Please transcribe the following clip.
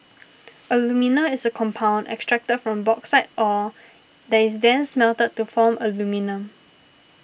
alumina is a compound extracted from bauxite ore that is then smelted to form aluminium